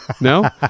No